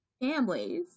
families